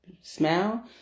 smell